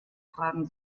fragen